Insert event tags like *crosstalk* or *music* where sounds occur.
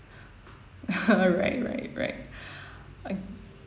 *laughs* right right right